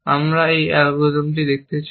আমরা একটি অ্যালগরিদম দেখতে চাই